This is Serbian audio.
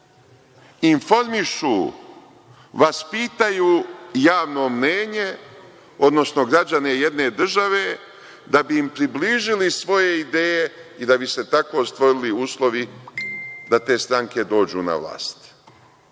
informišu, vaspitaju javno mnenje, odnosno građane jedne države da bi im približili svoje ideje i da bi se tako stvorili uslovi da te stranke dođu na vlast. Znači,